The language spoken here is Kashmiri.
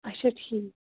اَچھا ٹھیٖک